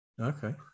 okay